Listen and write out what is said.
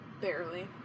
Barely